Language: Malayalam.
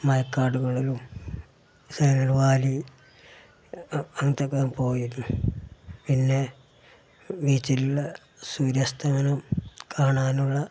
മഴക്കാടുകളിലും സൈലന്റ് വാലി അങ്ങനത്തെയൊക്കെ പോയിനു പിന്നെ ബീച്ചിലുള്ള സൂര്യാസ്തമനം കാണാനുള്ള